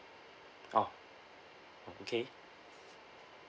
oh okay